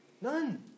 None